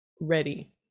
ready